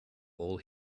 all